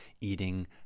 eating